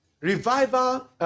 Revival